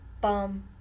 Bum